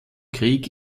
krieg